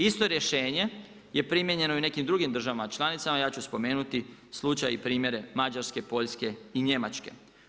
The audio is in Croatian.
Isto rješenje je primijenjeno i u nekim drugim državama članicama, ja ću spomenuti slučaj i primjere Mađarske, Poljske i Njemačke.